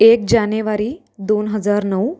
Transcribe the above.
एक जानेवारी दोन हजार नऊ